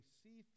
see